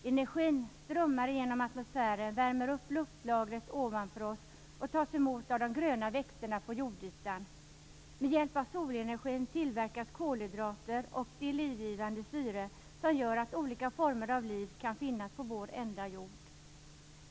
Energin strömmar igenom atmosfären, värmer upp luftlagret ovanför oss och tas emot av de gröna växterna på jordytan. Med hjälp av solenergin tillverkas kolhydrater och det livgivande syre som gör att olika former av liv kan finnas på vår enda jord.